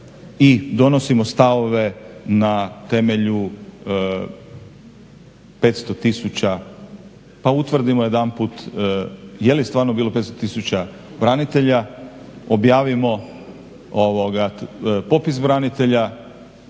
i donosimo stavove na temelju 500 tisuća. Pa utvrdimo jedanput je li stvarno bilo 500 tisuća branitelja, objavimo popis branitelja,